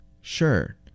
Sure